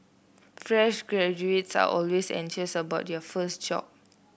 fresh graduates are always anxious about their first job